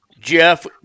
Jeff